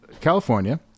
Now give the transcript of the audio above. California